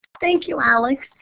thank you, alex.